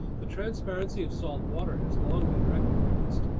the transparency of salt water has long been recognized.